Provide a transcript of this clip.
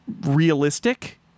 realistic